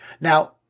Now